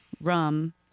rum